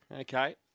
Okay